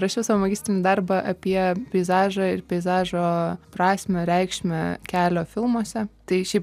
rašiau savo magistrinį darbą apie peizažą ir peizažo prasmę reikšmę kelio filmuose tai šiaip